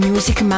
Music